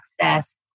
access